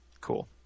Cool